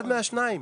אחד מהשניים.